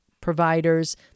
providers